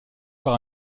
par